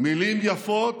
"מילים יפות